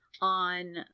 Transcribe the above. on